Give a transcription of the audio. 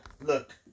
Look